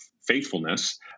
faithfulness